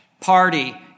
party